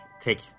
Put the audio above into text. take